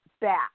back